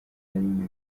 rimwe